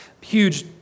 huge